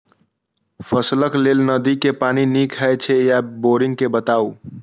फसलक लेल नदी के पानी नीक हे छै या बोरिंग के बताऊ?